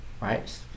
right